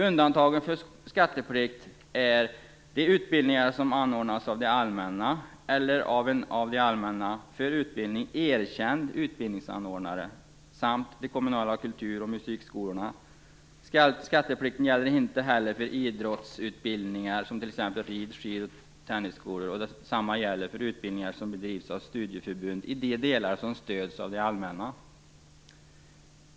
Undantagna från skatteplikt är de utbildningar som anordnas av det allmänna eller av en av det allmänna för utbildningen erkänd utbildningsanordnare samt de kommunala kultur och musikskolorna. Skatteplikten gäller inte heller för idrottsutbildningar som t.ex. bedrivs i rid-, skid och tennisskolor, och detsamma gäller för utbildningar som bedrivs av studieförbund i de delar som stöds av det allmänna.